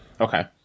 okay